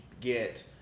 get